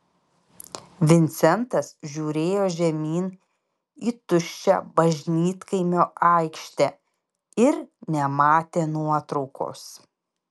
vincentas žiūrėjo žemyn į tuščią bažnytkaimio aikštę ir nematė nuotraukos